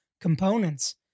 components